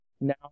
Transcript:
now